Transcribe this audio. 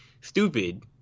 stupid